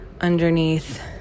underneath